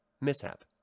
Mishap